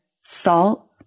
salt